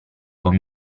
con